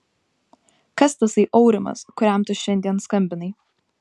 kas tasai aurimas kuriam tu šiandien skambinai